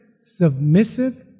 submissive